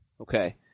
Okay